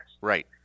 Right